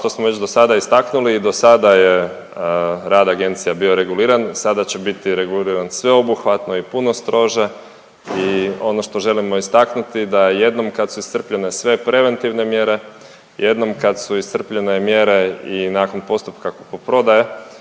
što smo već do sada istaknuli, do sada je rad agencija bio reguliran, sada će biti reguliran sveobuhvatno i puno strože i ono što želimo istaknuti, da jednom kad su iscrpljene sve preventivne mjere, jednom kad su iscrpljene mjere i nakon postupka kupoprodaje,